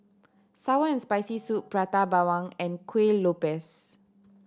sour and Spicy Soup Prata Bawang and Kueh Lopes